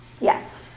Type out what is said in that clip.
Yes